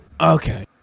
okay